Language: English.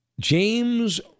James